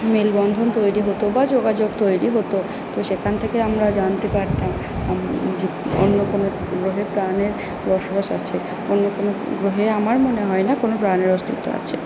মেলবন্ধন তৈরি হতো বা যোগাযোগ তৈরি হতো তো সেখান থেকে আমরা জানতে পারতাম অন্য কোনো গ্রহে প্রাণের বসবাস আছে অন্য কোনো গ্রহে আমার মনে হয় না কোনো প্রাণের অস্তিত্ব আছে